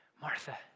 Martha